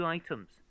items